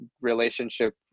relationship